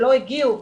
שלא הגיעו,